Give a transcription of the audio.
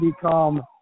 become